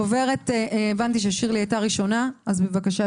הבנתי ששירלי הייתה ראשונה, אז בבקשה,